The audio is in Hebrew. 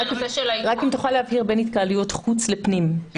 רק אם תוכל להבהיר מה ההבדל בין התקהלויות חוץ ופנים,